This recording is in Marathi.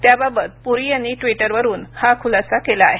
त्याबाबत पुरी यांनी ट्विटरवरून हा खुलासा केला आहे